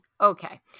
Okay